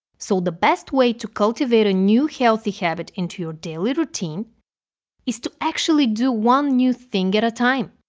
so, the best way to cultivate a new healthy habit into your daily routine is to actually do one new thing at a time.